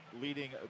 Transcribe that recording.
leading